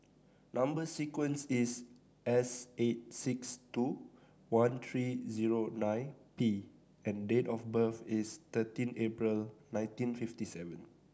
number sequence is S eight six two one three zero nine D and date of birth is thirteen April nineteen fifty seven